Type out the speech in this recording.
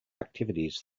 activities